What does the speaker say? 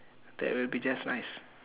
that will be just nice